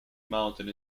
mountain